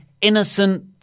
innocent